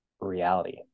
reality